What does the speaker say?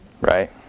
right